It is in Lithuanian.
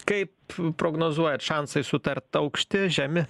kaip prognozuojat šansai sutart aukšti žemi